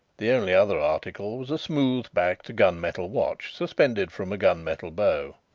the only other article was a smooth-backed gun-metal watch, suspended from a gun-metal bow.